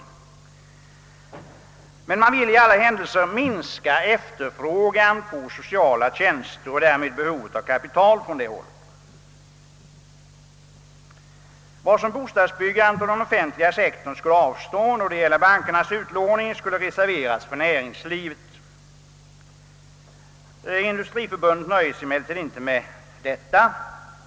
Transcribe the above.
Men Industriförbundet vill i alla händelser minska efterfrågan på sociala tjänster och därmed behovet av kapital på det hållet. Vad bostadsbyggandet och den offentliga sektorn skulle avstå när det gäller bankernas utlåning skulle reserveras för näringslivet. Industriförbundet nöjer sig emellertid inte med detta.